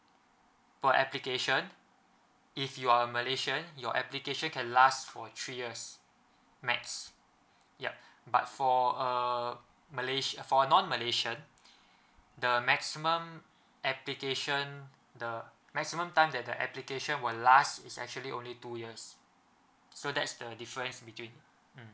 per application if you are a malaysian your application can last for three years max yup but for uh malay~ for non malaysian the maximum application the maximum time that the application will last is actually only two years so that's the difference between mm